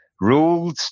rules